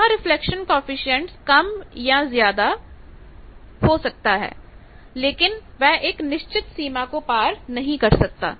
यहां reflection coefficient कम या ज्यादा हो सकता है लेकिन वह एक निश्चित सीमा को पार नहीं कर सकता